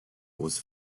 was